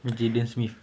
jaden smith